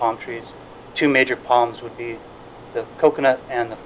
palm trees two major palms would be the coconut and the